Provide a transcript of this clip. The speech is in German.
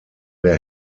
der